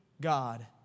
God